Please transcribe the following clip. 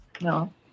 No